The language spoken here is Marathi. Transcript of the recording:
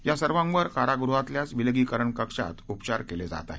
या सर्वांवर कारागृहातल्याच विलगीकरण कक्षात उपचार केले जात आहेत